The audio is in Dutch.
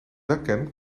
webcam